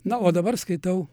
na o dabar skaitau